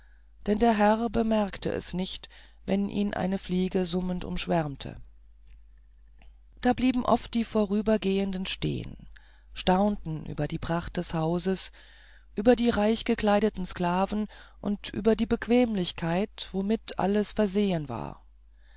denn der herr bemerkte es nicht wenn ihn eine fliege summend umschwärmte da blieben oft die vorübergehenden stehen staunten über die pracht des hauses über die reichgekleideten sklaven und über die bequemlichkeit womit alles versehen war